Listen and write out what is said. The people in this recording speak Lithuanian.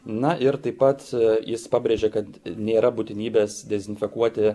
na ir taip pat jis pabrėžė kad nėra būtinybės dezinfekuoti